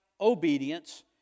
obedience